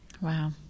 Wow